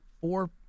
four